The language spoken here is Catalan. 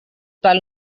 pel